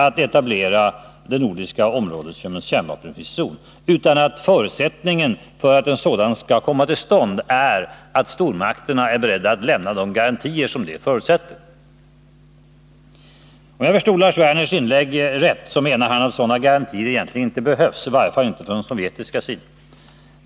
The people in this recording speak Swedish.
Förutsättningen för att en kärnvapenfri zon skall komma till stånd är att stormakterna är beredda att lämna de garantier som det förutsätter. Om jag förstod Lars Werner rätt menade han i sitt inlägg att sådana garantier egentligen inte behövs, i varje fall inte från den sovjetiska sidan.